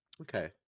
Okay